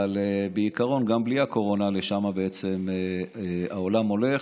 אבל עקרונית גם בלי הקורונה לשם העולם הולך.